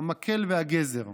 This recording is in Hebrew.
המקל והגזר.